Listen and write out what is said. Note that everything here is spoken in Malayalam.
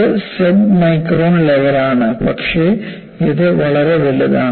ഇത് സബ്മൈക്രോൺ ലെവലാണ് പക്ഷേ ഇത് വളരെ വലുതാണ്